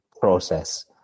process